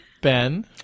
Ben